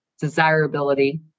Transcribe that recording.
desirability